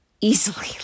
easily